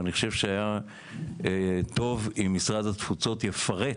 ואני חושב שהיה טוב אם משרד התפוצות יפרט.